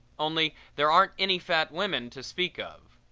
only there aren't any fat women to speak of.